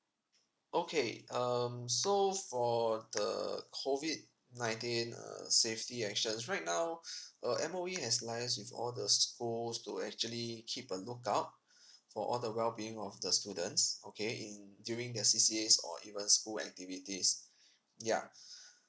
okay um so for the COVID nineteen err safety actions right now uh M_O_E has liaised with all the schools to actually keep a lookout for all the well being of the students okay in during their C_C_As or even school activities ya